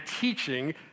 teaching